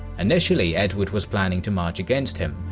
initially, edward was planning to march against him,